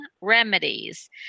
remedies